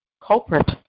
culprit